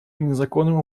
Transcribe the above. незаконным